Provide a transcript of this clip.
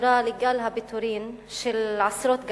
קשורה לגל הפיטורים של עשרות גננות.